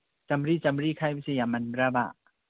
ꯆꯥꯝꯃ꯭ꯔꯤ ꯆꯥꯝꯃ꯭ꯔꯤ ꯈꯥꯏꯕꯁꯤ ꯌꯥꯃꯟꯕ꯭ꯔꯥꯕ